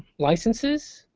licenses